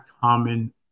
common